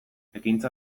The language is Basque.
ekintza